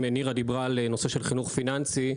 נירה דיברה על נושא של חינוך פיננסי,